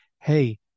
hey